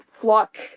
flock